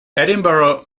edinburgh